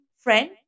friend